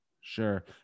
Sure